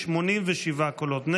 87 קולות,